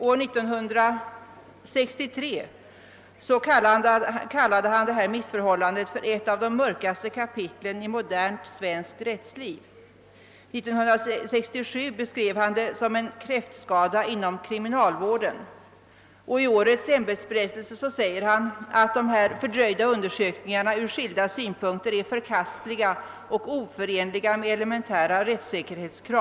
År 1963 kallade han detta missförhållande för »ett av de mörkaste kapitlen i modernt svenskt rättsliv». År 1967 beskrev han det som en »kräftskada inom kriminalvården». I årets ämbetsberättelse säger han att de fördröjda undersökningarna ur skilda synpunkter är »förkastliga och oförenliga med elementära rättssäkerhetskrav».